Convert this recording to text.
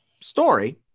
story